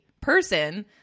person